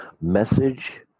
Message